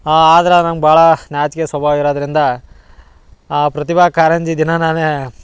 ಆದ್ರ ನಂಗೆ ಭಾಳ ನಾಚಿಕೆ ಸ್ವಭಾವ ಇರೋದರಿಂದ ಆ ಪ್ರತಿಭಾ ಕಾರಂಜಿ ದಿನ ನಾನೇ